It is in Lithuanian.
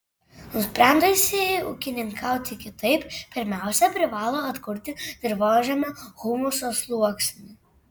nusprendusieji ūkininkauti kitaip pirmiausia privalo atkurti dirvožemio humuso sluoksnį